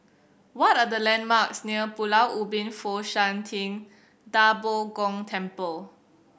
what are the landmarks near Pulau Ubin Fo Shan Ting Da Bo Gong Temple